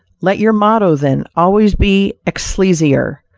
let your motto then always be excelsior,